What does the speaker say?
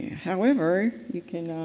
however, you can